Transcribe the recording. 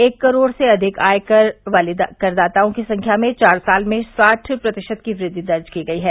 एक करोड़ से अधिक आय वाले करदाताओं की संख्या में चार साल में साठ प्रतिशत की वृद्धि दर्ज की गयी है